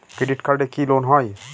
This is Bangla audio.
ক্রেডিট কার্ডে কি লোন হয়?